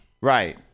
Right